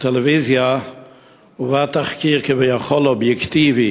בטלוויזיה הובא תחקיר כביכול אובייקטיבי